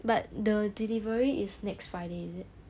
but the delivery is next friday is it